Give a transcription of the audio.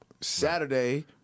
Saturday